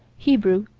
hebrew,